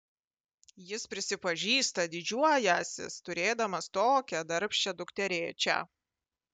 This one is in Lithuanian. jis prisipažįsta didžiuojąsis turėdamas tokią darbščią dukterėčią